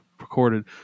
recorded